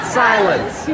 silence